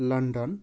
London